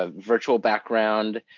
ah virtual background.